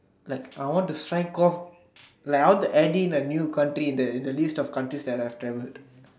like I want to strike off like I want to add in a new country in the in the list of the countries that I have travelled